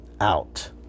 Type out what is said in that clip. out